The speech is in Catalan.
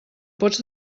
pots